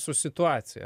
su situacija